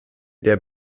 der